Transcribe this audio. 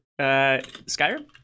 Skyrim